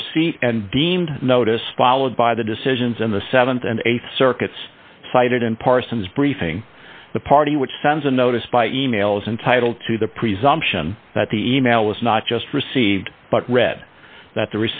of receipt and deemed notice followed by the decisions in the th and th circuits cited in parsons briefing the party which sends a notice by email as entitled to the presumption that the email was not just received but read that the